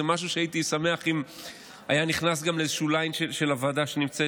זה משהו שהייתי שמח אם היה נכנס גם לאיזה שוליים של הוועדה שנמצאת